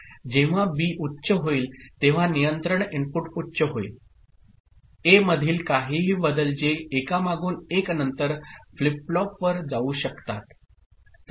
जेव्हा बी उच्च होईल तेव्हा नियंत्रण इनपुट उच्च होईल ए मधील काहीही बदल जे एकामागून एक नंतर फ्लिप फ्लॉपवर जाऊ शकतात